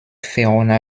verona